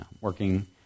working